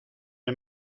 est